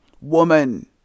woman